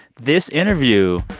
this interview,